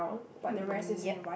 yep